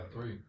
three